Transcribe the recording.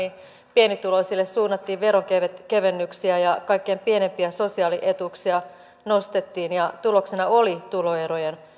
pienituloisille suunnattiin veronkevennyksiä ja kaikkein pienimpiä sosiaalietuuksia nostettiin ja tuloksena oli tuloerojen